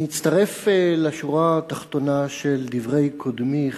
אני אצטרף לשורה התחתונה של דברי קודמי,